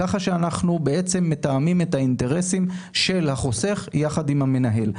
ככה שאנחנו בעצם מתאמים את האינטרסים של החוסך יחד עם המנהל.